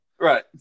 right